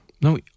No